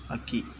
ಹಕ್ಕಿ